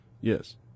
yes